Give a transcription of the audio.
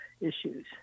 issues